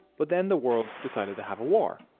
but then the world decided to have a war.